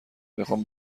میخام